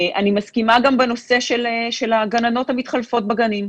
אני מסכימה גם בנושא הגננות המתחלפות בגנים.